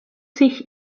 sich